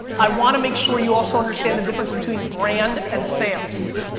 i wanna make sure you also understand the difference between brand and sales.